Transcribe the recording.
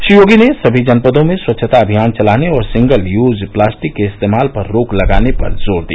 श्री योगी ने सॅमी जनपदों में स्वच्छता अभियान चलाने और सिंगल यूज प्लास्टिक के इस्तेमाल पर रोक लगाने पर जोर दिया